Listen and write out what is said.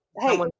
hey